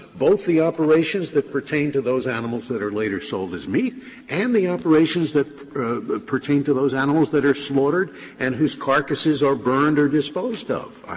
both the operations that pertain to those animals that are later sold as meat and the operations that pertain to those animals that are slaughtered and whose carcasses are burned or disposed of.